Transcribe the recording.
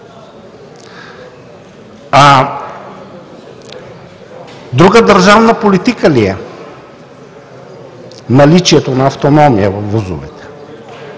друга държавна политика ли е наличието на автономия във вузовете?